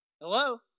Hello